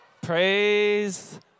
Praise